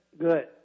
good